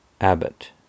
Abbott